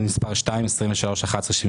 ביתי, 231038